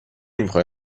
میخای